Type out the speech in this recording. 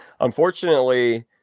Unfortunately